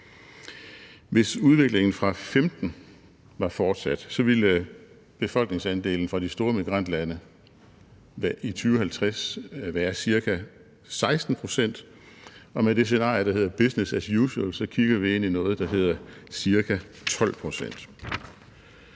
Hvis udviklingen fra 2015 var fortsat, ville befolkningsandelen fra de store migrantlande i 2050 være ca. 16 pct., og med det scenarie, der hedder business as usual, kigger vi ind i noget, der hedder ca. 12 pct.